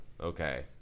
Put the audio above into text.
Okay